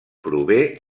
prové